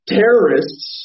terrorists